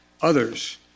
others